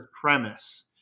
premise